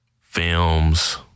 films